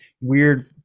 weird